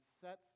sets